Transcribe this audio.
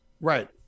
right